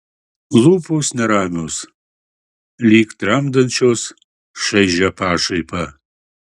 lūpos neramios lyg tramdančios šaižią pašaipą